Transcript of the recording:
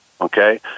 Okay